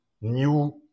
new